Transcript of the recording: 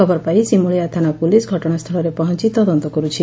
ଖବର ପାଇ ସିମୁଳିଆ ଥାନା ପୁଲିସ ଘଟଣାସୁଳରେ ପହଞ୍ ତଦନ୍ତ କରୁଛି